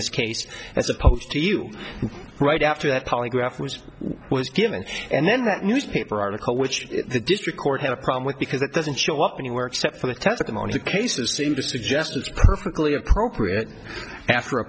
this case as opposed to you right after that polygraph was was given and then that newspaper article which the district court had a problem with because it doesn't show up anywhere except for the testimony the cases seem to suggest it's perfectly appropriate after a